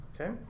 Okay